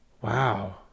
wow